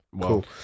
Cool